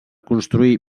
construir